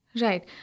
Right